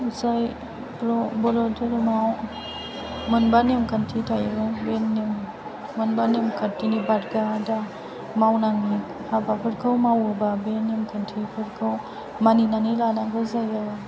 जाय बर' धोरोमाव मोनबा नेम खान्थि थायो बे नेम मोनबा नेम खान्थिनि बादगा दा मावनाङि हाबाफोरखौ मावोबा बे नेमखान्थिफोरखौ मानिनानै लानांगौ जायो